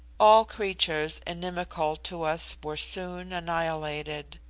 all creatures inimical to us were soon annihilated.